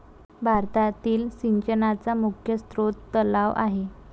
भारतातील सिंचनाचा मुख्य स्रोत तलाव आहे